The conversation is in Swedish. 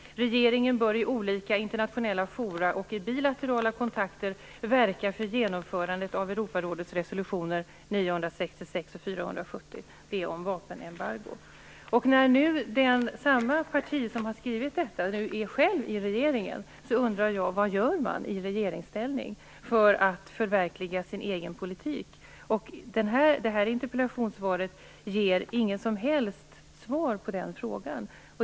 Regeringen bör i olika internationella fora och i bilaterala kontakter verka för genomförandet av När nu samma parti som har skrivit detta självt är i regeringsställning undrar jag vad man gör i regeringsställning för att förverkliga sin egen politik. Detta interpellationssvar ger inget som helst svar på den frågan.